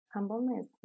Humbleness